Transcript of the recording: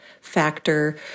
factor